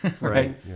right